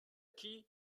qui